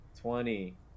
Twenty